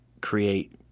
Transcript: create